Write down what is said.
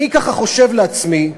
אני ככה חושב לעצמי,